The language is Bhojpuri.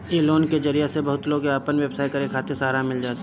इ लोन के जरिया से बहुते लोग के आपन व्यवसाय करे खातिर सहारा मिल जाता